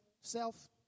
self